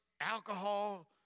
alcohol